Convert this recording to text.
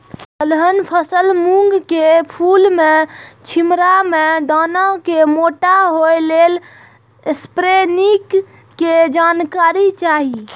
दलहन फसल मूँग के फुल में छिमरा में दाना के मोटा होय लेल स्प्रै निक के जानकारी चाही?